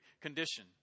condition